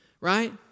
Right